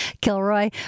Kilroy